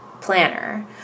planner